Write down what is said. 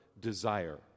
desire